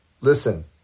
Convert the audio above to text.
Listen